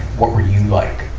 what were you like,